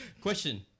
Question